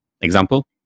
Example